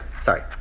sorry